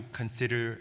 consider